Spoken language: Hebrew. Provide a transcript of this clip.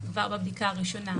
כבר בבדיקה הראשונה,